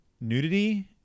nudity